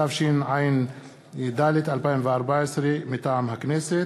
התשע"ד 2014, של חברת הכנסת